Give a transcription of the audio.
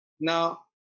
Now